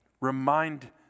Remind